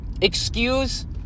excuse